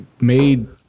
made